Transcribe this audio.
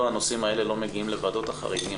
הנושאים האלה לא מגיעים לוועדות החריגים.